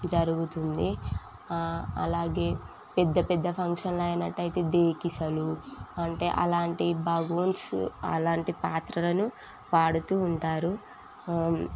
జరుగుతుంది అలాగే పెద్ద పెద్ద ఫంక్షన్లు అయినట్టయితే డేక్షాలు అంటే అలాంటి బవుల్సు అలాంటి పాత్రలను వాడుతూ ఉంటారు